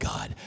God